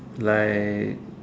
like